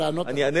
אני אענה לך.